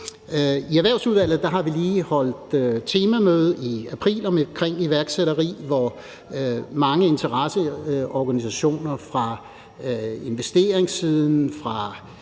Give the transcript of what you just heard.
I Erhvervsudvalget har vi lige holde temamøde i april om iværksætteri, hvor mange interesseorganisationer fra investeringssiden, fra